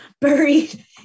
buried